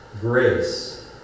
grace